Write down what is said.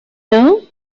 know